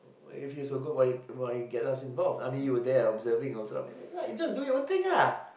why you feel so good but you you get us involve I mean you were there also you just do your own thing lah